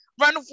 Run